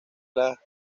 las